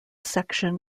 section